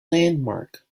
landmark